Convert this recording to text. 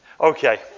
Okay